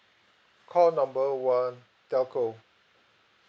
call number one telco